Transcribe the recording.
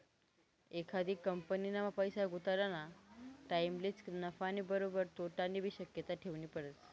एखादी कंपनीमा पैसा गुताडानी टाईमलेच नफानी बरोबर तोटानीबी शक्यता ठेवनी पडस